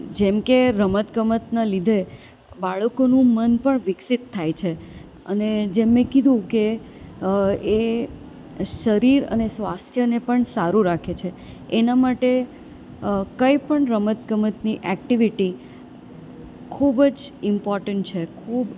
જેમકે રમતગમતનાં લીધે બાળકોનું મન પણ વિકસિત થાય છે અને જેમ મેં કીધું કે એ શરીર અને સ્વાસ્થ્યને પણ સારું રાખે છે એના માટે કંઇપણ રમતગમતની એક્ટિવિટી ખૂબ જ ઇમ્પોર્ટન્ટ છે ખૂબ